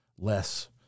less